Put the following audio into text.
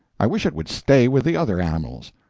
i wish it would stay with the other animals.